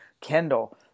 Kendall